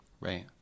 Right